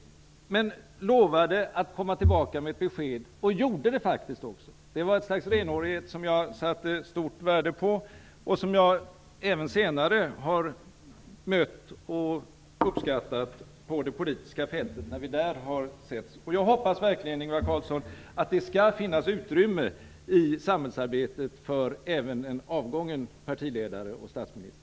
Men ministern lovade att återkomma med besked, och han gjorde det faktiskt också. Det var ett slags renhårighet som jag satte stort värde på och som jag även senare har mött och uppskattat på det politiska fältet. Jag hoppas verkligen, Ingvar Carlsson, att det skall finnas utrymme i samhällsarbetet även för en avgången partiledare och statsminister.